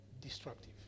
destructive